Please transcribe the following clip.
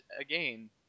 again